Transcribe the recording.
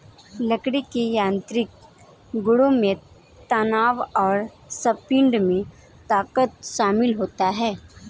लकड़ी के यांत्रिक गुणों में तनाव और संपीड़न में ताकत शामिल है